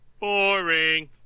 Boring